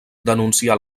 denuncià